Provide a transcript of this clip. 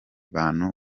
bantu